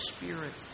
Spirit